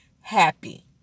happy